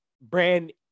brand